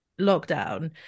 lockdown